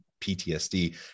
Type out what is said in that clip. PTSD